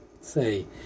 say